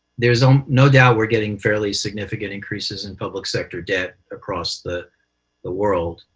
there's um no doubt we're getting fairly significant increases in public sector debt across the the world.